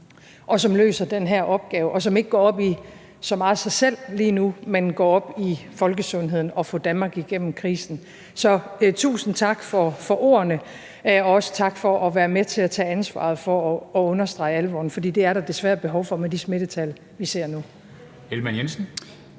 som løser den her opgave, og som ikke går så meget op i sig selv lige nu, men går op i folkesundheden og i at få Danmark gennem krisen. Så tusind tak for ordene, og også tak for at være med til at tage ansvaret for at understrege alvoren, for det er der desværre behov for med de smittetal, vi ser nu.